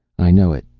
i know it,